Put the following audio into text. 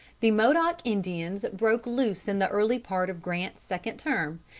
the modoc indians broke loose in the early part of grant's second term,